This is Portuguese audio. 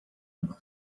ano